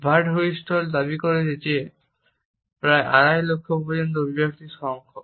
Birdwhistell দাবি করেছে যে 250000 পর্যন্ত অভিব্যক্তি সম্ভব